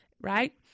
right